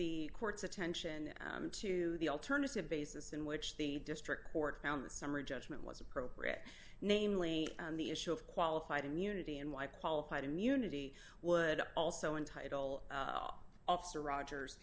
the court's attention to the alternative basis in which the district court found that summary judgment was appropriate namely the issue of qualified immunity and why qualified immunity would also entitle officer rogers